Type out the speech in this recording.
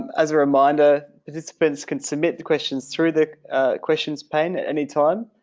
as a reminder, participants can submit the questions through the questions pen at any time.